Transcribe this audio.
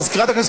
מזכירת הכנסת,